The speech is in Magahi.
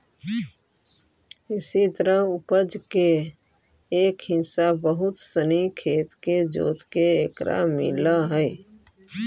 इसी तरह उपज के एक हिस्सा बहुत सनी खेत के जोतके एकरा मिलऽ हइ